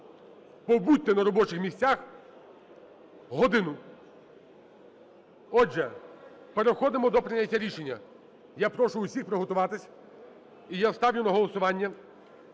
Побудьте на робочих місцях годину. Отже, переходимо до прийняття рішення. Я прошу усіх приготуватись. І я ставлю на голосування